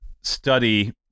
study